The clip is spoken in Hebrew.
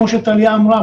כמו שטליה אמרה,